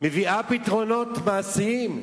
מביאה בה פתרונות מעשיים.